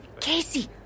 Casey